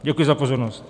Děkuji za pozornost.